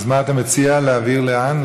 אז מה אתה מציע, להעביר לאן?